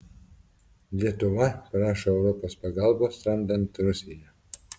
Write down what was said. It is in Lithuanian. lietuva prašo europos pagalbos tramdant rusiją